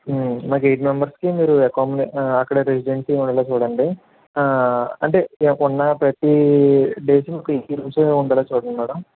మాకు ఎయిట్ మెంబెర్స్కి మీరు అకామిడేషన్ అక్కడ రెసిడెన్సీ ఏవైనా చూడండి అంటే ఉన్న ప్రతి డేకి ఒక ఉండేలా చూడండి మ్యాడం